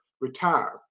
retire